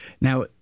Now